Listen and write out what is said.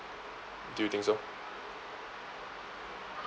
do you think so